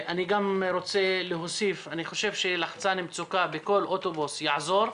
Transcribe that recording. אני חושב שלחצן מצוקה בכל אוטובוס יעזור,